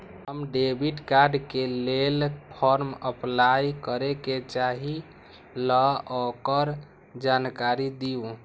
हम debit card के लेल फॉर्म अपलाई करे के चाहीं ल ओकर जानकारी दीउ?